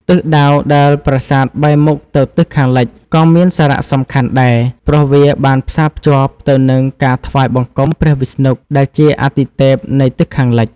ទិសដៅដែលប្រាសាទបែរមុខទៅទិសខាងលិចក៏មានសារៈសំខាន់ដែរ ព្រោះវាបានផ្សារភ្ជាប់ទៅនឹងការថ្វាយបង្គំព្រះវិស្ណុដែលជាអាទិទេពនៃទិសខាងលិច។